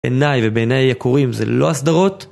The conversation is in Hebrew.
בעיניי ובעיניי הקוראים זה לא הסדרות?